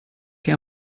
kan